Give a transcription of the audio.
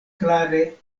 klare